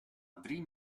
drie